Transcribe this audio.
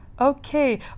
okay